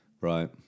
Right